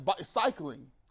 cycling